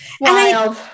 wild